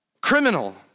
criminal